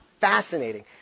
Fascinating